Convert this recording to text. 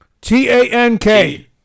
t-a-n-k